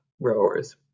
rowers